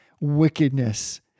wickedness